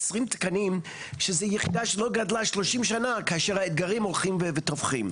20 תקנים כשזאת יחידה שלא גדלה 30 שנה כאשר האתגרים הולכים ותופחים.